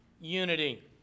Unity